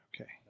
okay